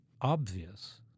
obvious